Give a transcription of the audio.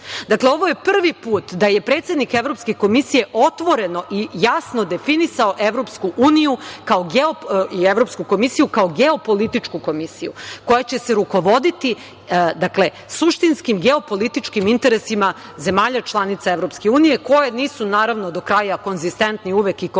Dakle, ovo je prvi put da je predsednik Evropske komisije otvoreno i jasno definisao EU i Evropsku komisiju kao geopolitičku komisiju, koja će se rukovoditi suštinskim geopolitičkim interesima zemalja članica EU koje nisu do kraja konzistentne i koherentne,